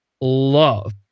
love